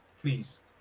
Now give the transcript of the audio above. please